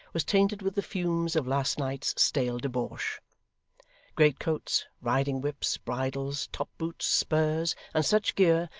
was tainted with the fumes of last night's stale debauch. greatcoats, riding-whips, bridles, top-boots, spurs, and such gear,